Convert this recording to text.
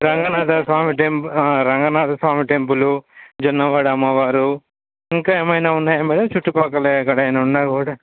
Ranganatha Swamy temple Ranganatha Swamy టెంపులు జొన్నవాడ అమ్మవారు ఇంకా ఏమైనా ఉన్నాయా మేడం చుట్టుపక్కల ఎక్కడైనా ఉన్నాకూడా